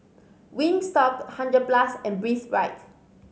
Wingstop Hundred Plus and Breathe Right